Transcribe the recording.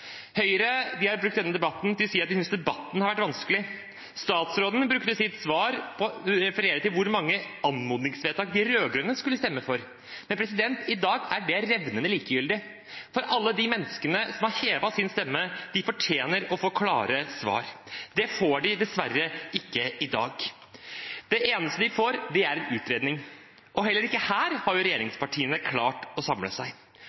Høyre har brukt denne debatten til å si at de synes debatten har vært vanskelig. Statsråden refererer i sitt svar til hvor mange anmodningsvedtak de rød-grønne skulle stemme for. Men i dag er det revnende likegyldig, for alle de menneskene som har hevet sin stemme, fortjener å få klare svar. Det får de dessverre ikke i dag. Det eneste de får, er en utredning. Heller ikke her har regjeringspartiene klart å samle seg.